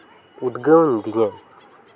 ᱩᱫᱽᱜᱟᱹᱣ ᱞᱤᱫᱤᱧᱟ